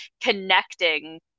connecting